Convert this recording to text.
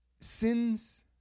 sins